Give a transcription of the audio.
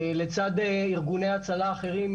לצד ארגוני הצלה אחרים,